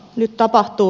nyt tapahtuu